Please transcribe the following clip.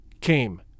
came